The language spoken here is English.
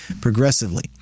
progressively